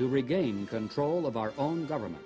to regain control of our own government